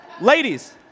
Ladies